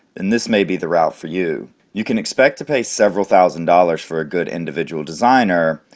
then this may be the route for you. you can expect to pay several thousand dollars for a good individual designer,